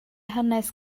hanes